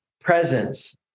presence